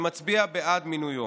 שמצביעה בעד מינויו.